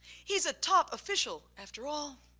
he's a top official after all.